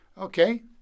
Okay